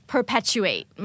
Perpetuate